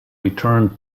returned